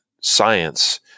science